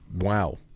Wow